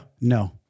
No